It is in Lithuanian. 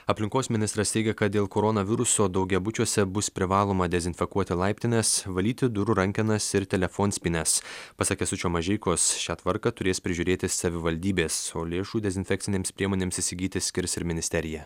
aplinkos ministras teigia kad dėl koronaviruso daugiabučiuose bus privaloma dezinfekuoti laiptines valyti durų rankenas ir telefonspynes pasak kęstučio mažeikos šią tvarką turės prižiūrėti savivaldybės o lėšų dezinfekcinėms priemonėms įsigyti skirs ir ministerija